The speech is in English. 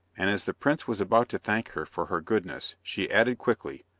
and as the prince was about to thank her for her goodness, she added quickly,